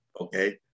Okay